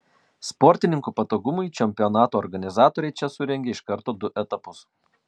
sportininkų patogumui čempionato organizatoriai čia surengė iš karto du etapus